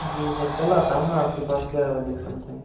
जी sir कल आता हूँ मैं आपके पास ग्यारह बजे के समथिंग